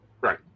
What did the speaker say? right